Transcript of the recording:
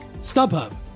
StubHub